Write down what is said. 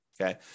okay